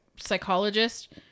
psychologist